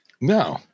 No